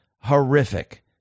Horrific